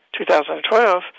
2012